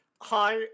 Hi